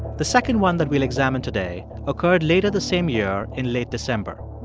the second one that we'll examine today occurred later the same year in late december.